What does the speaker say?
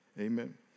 Amen